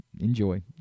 enjoy